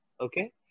okay